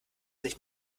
sich